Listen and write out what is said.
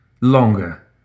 longer